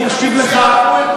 אני מקשיב לך.